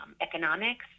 economics